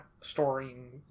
storing